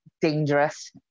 dangerous